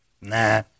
Nah